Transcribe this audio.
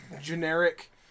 generic